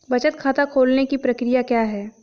बचत खाता खोलने की प्रक्रिया क्या है?